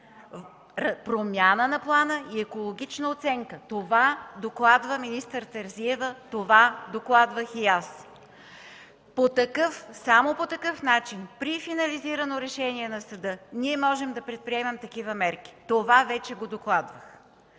Промяна на плана и екологична оценка. Това докладва министър Терзиева, това докладвах и аз. Само по такъв начин, при финализирано решение на съда, ние можем да предприемем такива мерки. Това вече го докладвах.